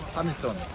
Hamilton